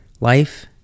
Life